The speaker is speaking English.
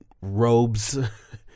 robes